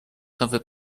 nowy